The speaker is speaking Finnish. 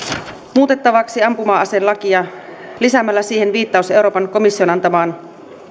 muutettavaksi ampuma aselakia lisäämällä siihen viittaus euroopan komission antamaan